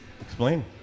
Explain